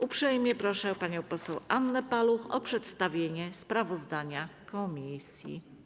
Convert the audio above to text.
Uprzejmie proszę panią poseł Annę Paluch o przedstawienie sprawozdania komisji.